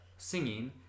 singing